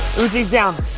uzi's down.